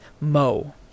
Mo